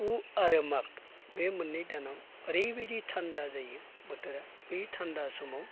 फु आरो माग बे मोननै दानाव ओरैबायदि थान्दा जायो बोथोरा बै थान्दा समाव